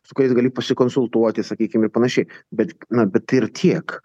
su kuriais gali pasikonsultuoti sakykim ir panašiai bet na bet ir tiek